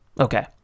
okay